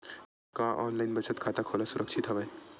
का ऑनलाइन बचत खाता खोला सुरक्षित हवय?